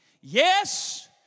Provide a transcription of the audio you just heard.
Yes